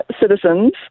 citizens